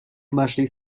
commercially